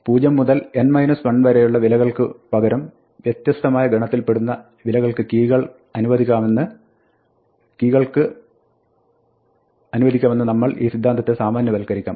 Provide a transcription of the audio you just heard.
0 മുതൽ n 1 വരെയുള്ള വിലകൾക്ക് പകരം വ്യത്യസ്തമായ ഗണത്തിൽ പെടുന്ന വിലകൾ കീ കൾക്ക് അനുവദിക്കാമെന്ന് നമുക്ക് ഈ സിദ്ധാന്തത്തെ സാമന്യവത്ക്കരിക്കാം